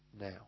now